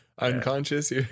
Unconscious